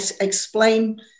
explain